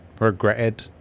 regretted